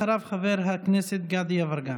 אחריו, חבר הכנסת גדי יברקן.